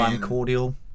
cordial